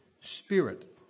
spirit